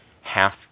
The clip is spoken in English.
half